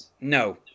No